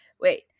wait